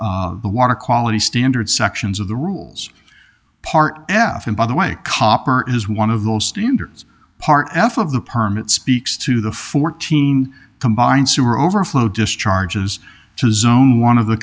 not the water quality standard sections of the rules part f and by the way copper is one of those standards part f of the permit speaks to the fourteen combined sewer overflow discharges to zone one of the